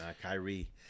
Kyrie